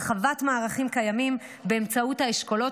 הרחבת מערכים קיימים באמצעות האשכולות,